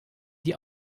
die